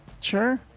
Sure